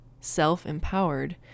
self-empowered